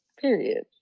Period